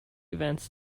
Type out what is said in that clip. events